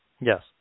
Yes